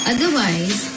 Otherwise